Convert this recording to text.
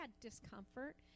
discomfort